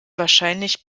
wahrscheinlich